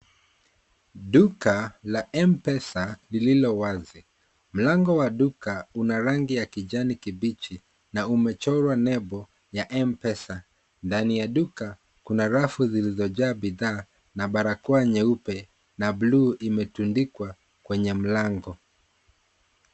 Duka la mpesa lilil wazi. Mlango wa duka una rangi ya kijani kibichi na umechorwa nembo ya mpesa. Ndani ya duka kuna rafu zilzojaa bidhaa na barakoa nyeupe na buluu imetundikwa kwenye mlango.